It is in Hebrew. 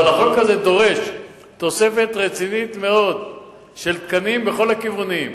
אבל החוק הזה דורש תוספת רצינית מאוד של תקנים בכל הכיוונים.